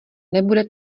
nebude